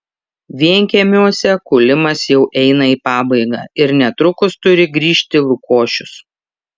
vienkiemiuose kūlimas jau eina į pabaigą ir netrukus turi grįžti lukošius